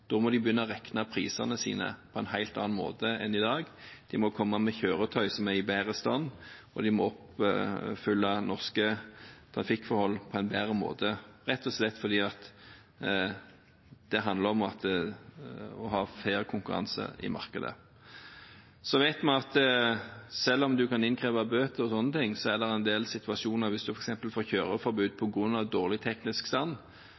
Da må de begynne å regne på prisene sine på en helt annen måte enn i dag, de må komme med kjøretøy som er i bedre stand, og de må være rustet for norske trafikkforhold på en bedre måte, rett og slett fordi det handler om å ha fair konkurranse i markedet. Vi vet at selv om en kan innkreve bøter, er det en del situasjoner der en får kjøreforbud på grunn av dårlig teknisk stand.